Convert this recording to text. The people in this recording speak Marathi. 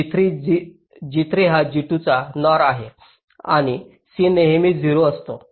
G3 G3 हा G2 चा OR आहे आणि c नेहमी 0 असतो